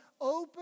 open